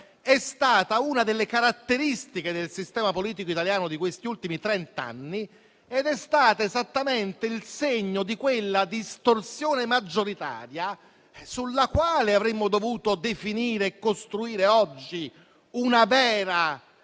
è stata una delle caratteristiche del sistema politico italiano di questi ultimi trent'anni ed è stato esattamente il segno di quella distorsione maggioritaria sulla quale avremmo dovuto definire e costruire oggi una vera